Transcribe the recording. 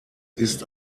ist